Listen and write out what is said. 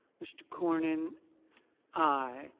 mr. cornyn i.